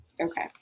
Okay